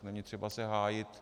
Netřeba se hájit.